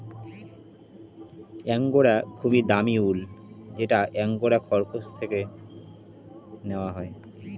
angora খুবই দামি উল যেটা অ্যাঙ্গোরা খরগোশ থেকে নেওয়া হয়